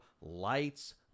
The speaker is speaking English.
lights